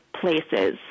places